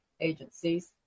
agencies